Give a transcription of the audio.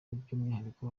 byumwihariko